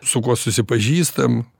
su kuo susipažįstam